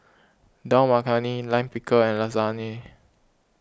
Dal Makhani Lime Pickle and Lasagne